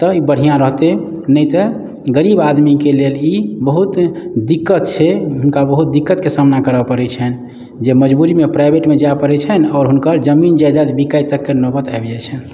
तऽ ई बढ़िऑं रहतै नहि तऽ गरीब आदमी के लेल ई बहुत दिक्कत छै हुनका बहुत दिक्कत के सामना करऽ पड़ै छनि जे मजबूरी मे प्राइवेट मे जाय पड़ै छनि आओर हुनकर जमीन जायदाद बिकाय तक कऽ नौबत आबि जाय छैन